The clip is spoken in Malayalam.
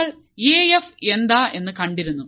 നമ്മൾ എ എഫ് എന്താ എന്ന് കണ്ടിരുന്നു